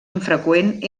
infreqüent